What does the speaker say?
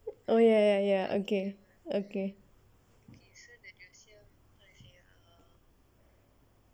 oh ya ya ya okay okay